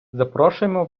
запрошуємо